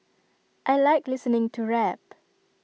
I Like listening to rap